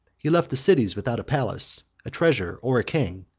he left the cities without a palace, a treasure, or a king.